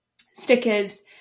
stickers